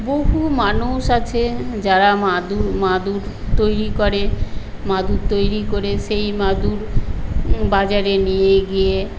বহু মানুষ আছে যারা মাদুর মাদুর তৈরি করে মাদুর তৈরি করে সেই মাদুর বাজারে নিয়ে গিয়ে